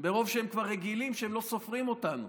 מרוב שהם כבר רגילים שהם לא סופרים אותנו.